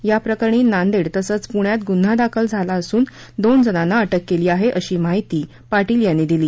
याप्रकरणी नांदेड तसंच पुण्यात गुन्हा दाखल असून दोन जणानां अटक केली आहे अशी माहिती पाटील यांनी दिली